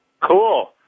Cool